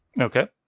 Okay